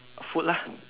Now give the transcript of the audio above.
food lah